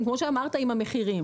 אינטרסים.